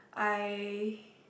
I